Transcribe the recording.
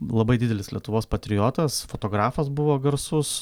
labai didelis lietuvos patriotas fotografas buvo garsus